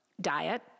diet